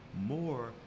more